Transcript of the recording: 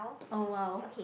oh well